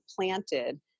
planted